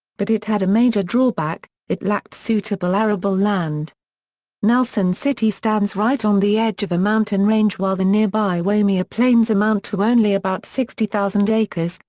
but it had a major drawback it lacked suitable arable land nelson city stands right on the edge of a mountain range while the nearby waimea plains amount to only about sixty thousand acres,